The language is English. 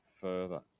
further